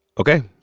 ok,